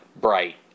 bright